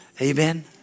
Amen